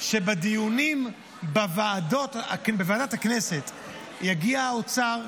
שלדיונים בוועדת הכנסת יגיע האוצר,